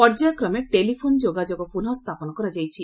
ପର୍ଯ୍ୟାୟକ୍ରମେ ଟେଲିଫୋନ୍ ଯୋଗାଯୋଗ ପୁନଃ ସ୍ଥାପନ କରାଯାଇଛି